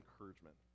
encouragement